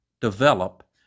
develop